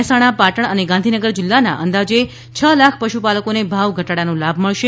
મહેસાણા પાટણ અને ગાંધીનગર જિલ્લાના અંદાજે છ લાખ પશુપાલકોને ભાવ ઘટાડાનો લાભ મળશે